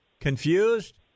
Confused